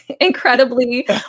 incredibly